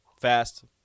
Fast